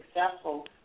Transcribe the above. successful